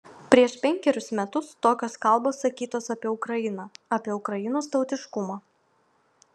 prieš penkerius metus tokios kalbos sakytos apie ukrainą apie ukrainos tautiškumą